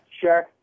sure